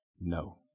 No